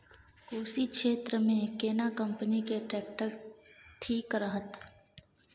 कोशी क्षेत्र मे केना कंपनी के ट्रैक्टर ठीक रहत?